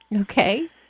Okay